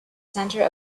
center